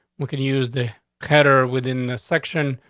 we can use the cutter within the section.